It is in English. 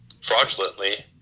fraudulently